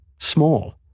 small